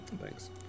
Thanks